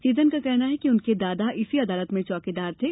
चेतन का कहना है कि उनके दादा इसी अदालत में चौकीदार थे